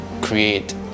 create